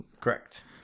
Correct